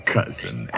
Cousin